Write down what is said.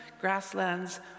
grasslands